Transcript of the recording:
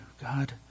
God